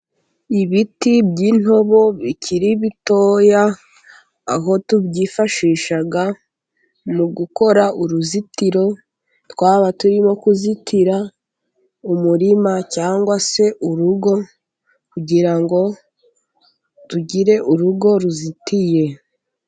Ibiti by'intobo bikiri bitoya, aho tubyifashisha mu gukora uruzitiro, twaba turimo kuzitira umurima cyangwa se urugo, kugira ngo tugire urugo ruzitiye.